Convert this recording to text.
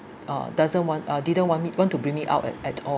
uh doesn't want uh didn't want me want to bring me out at at all